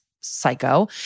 psycho